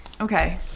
Okay